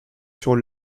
sur